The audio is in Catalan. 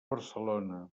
barcelona